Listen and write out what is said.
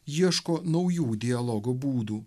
ieško naujų dialogo būdų